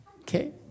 Okay